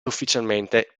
ufficialmente